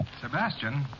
Sebastian